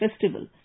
Festival